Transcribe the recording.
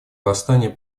восстания